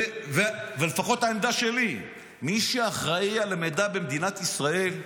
ולפחות העמדה שלי היא שמי שאחראי למידע במדינת ישראל,